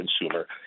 consumer